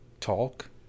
talk